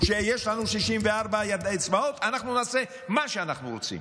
יש לנו 64 אצבעות אז אנחנו נעשה מה שאנחנו רוצים?